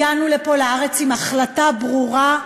הגענו לפה לארץ עם החלטה ברורה: